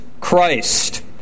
Christ